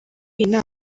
iyi